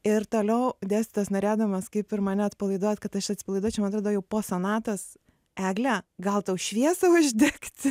ir toliau dėstytojas norėdamas kaip ir mane atpalaiduot kad aš atsipalaiduočiau man atrodo jau po sonatos egle gal tau šviesą uždegti